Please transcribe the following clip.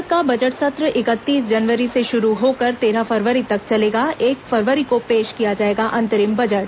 संसद का बजट सत्र इकतीस जनवरी से शुरू होकर तेरह फरवरी तक चलेगा एक फरवरी को पेश किया जाएगा अंतरिम बजट